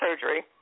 surgery